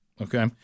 Okay